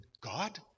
God